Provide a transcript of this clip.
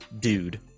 dude